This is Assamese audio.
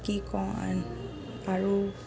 কি কওঁ আৰু